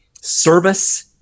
service